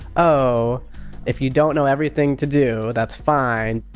oh if you don't know everything to do, that's fine.